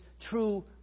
true